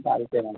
चालतंय मग